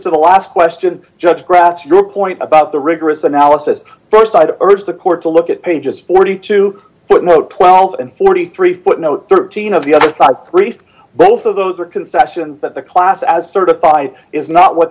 to the last question judge pratt's your point about the rigorous analysis st i'd urge the court to look at pages forty to footnote twelve and forty three footnote thirteen of the other three both of those are concessions that the class as certified is not what